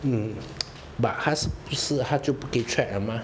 mm but 他是不是他就不可以 track liao mah